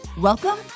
Welcome